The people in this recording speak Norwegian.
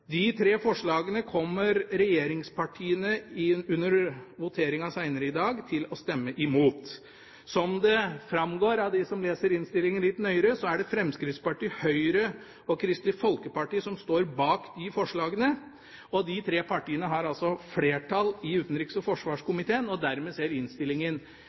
Som det framgår for dem som leser innstillingen litt nøyere, er det Fremskrittspartiet, Høyre og Kristelig Folkeparti som står bak disse forslagene til vedtak. De tre partiene har flertall i utenriks- og forsvarskomiteen, og dermed ser innstillingen